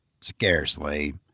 scarcely